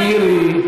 מירי.